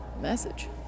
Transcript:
message